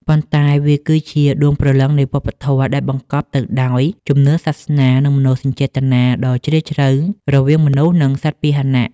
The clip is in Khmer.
ប៉ុន្តែវាគឺជាដួងព្រលឹងវប្បធម៌ដែលបង្កប់ទៅដោយជំនឿសាសនា និងមនោសញ្ចេតនាដ៏ជ្រាលជ្រៅរវាងមនុស្ស និងសត្វពាហនៈ។